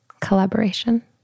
collaboration